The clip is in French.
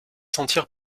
sentir